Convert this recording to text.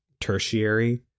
tertiary